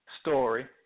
story